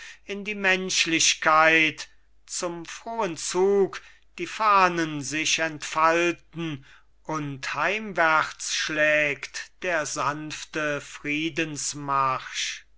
in die menschlichkeit zum frohen zug die fahnen sich entfalten und heimwärts schlägt der sanfte friedensmarsch